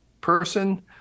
person